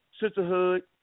sisterhood